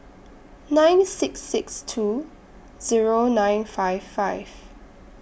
nine six six two Zero nine five five